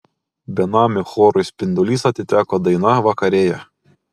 benamių chorui spindulys atiteko daina vakarėja